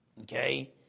okay